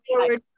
forward